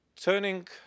Turning